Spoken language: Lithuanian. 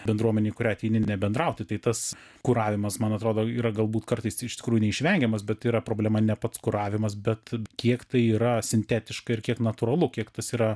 bendruomene į kurią ateini nebendrauti tai tas kuravimas man atrodo yra galbūt kartais iš tikrųjų neišvengiamas bet yra problema ne pats kuravimas bet kiek tai yra sintetiška ir kiek natūralu kiek tas yra